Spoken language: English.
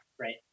Right